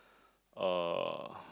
uh